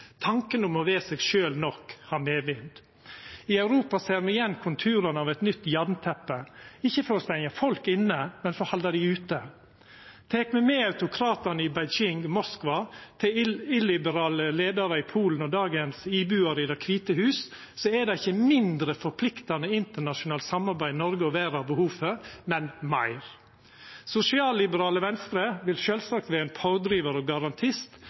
Tanken om å vera seg sjølv nok har medvind. I Europa ser me igjen konturane av eit nytt jarnteppe, ikkje for å stengja folk inne, men for å halda dei ute. Tek me med autokratane i Beijing og Moskva, illiberale leiarar i Polen og dagens bebuar i Det kvite hus, er det ikkje mindre forpliktande internasjonalt samarbeid Noreg og verda har behov for, men meir. Sosialliberale Venstre vil sjølvsagt vera ein pådrivar og garantist